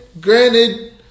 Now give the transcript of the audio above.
granted